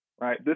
right